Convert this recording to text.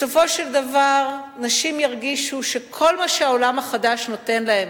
בסופו של דבר נשים ירגישו שכל מה שהעולם החדש נותן להן,